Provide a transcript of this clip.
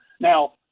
now